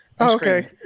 Okay